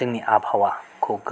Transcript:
जोंनि आबहावाखौ